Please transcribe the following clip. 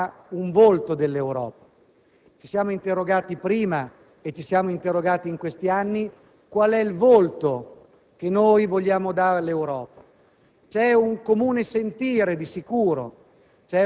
il volto dell'imperatore; in qualche modo era un volto dell'Europa. Ci siamo interrogati prima e in questi anni su quale sia il volto che vogliamo dare all'Europa.